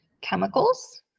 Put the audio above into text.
chemicals